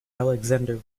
alexander